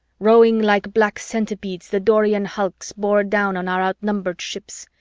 rowing like black centipedes, the dorian hulls bore down on our outnumbered ships.